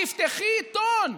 תפתחי עיתון,